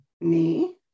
knee